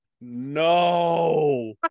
No